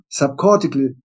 subcortical